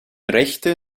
rechte